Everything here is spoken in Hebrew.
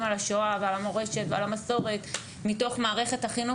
על השואה ועל המורשת ועל המסורת מתוך מערכת החינוך,